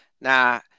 Now